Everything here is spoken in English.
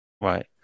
Right